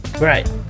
Right